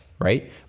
right